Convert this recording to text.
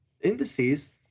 indices